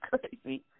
crazy